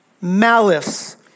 malice